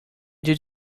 did